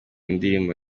ndirimbo